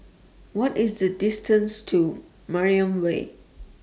What IS The distance to Mariam Way